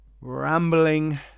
rambling